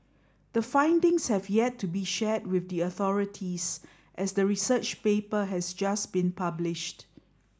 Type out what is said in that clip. the findings have yet to be shared with the authorities as the research paper has just been published